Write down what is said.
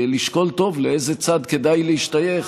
לשקול טוב לאיזה צד כדאי להשתייך,